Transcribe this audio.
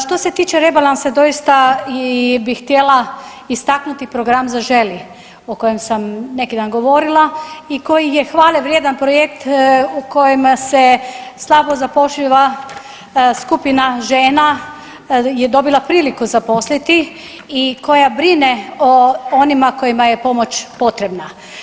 Što se tiče rebalansa doista bi htjela istaknuti program Zaželi, o kojem sam nekidan govorila i koji je hvale vrijedan projekt u kojem se slabo zapošljiva skupina žena, je dobila priliku zaposliti i koja brine o onima kojima je pomoć potrebna.